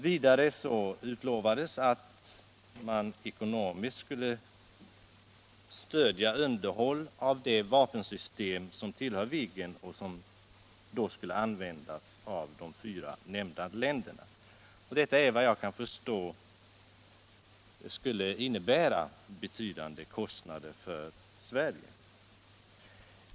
Vidare utlovades att man ekonomiskt skulle stödja underhåll av det vapensystem som tillhör Viggen och som skulle användas av de fyra nämnda länderna. Det skulle enligt min mening ha medfört betydande kostnader för Sverige.